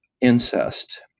incest